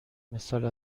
مثال